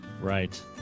Right